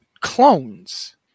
clones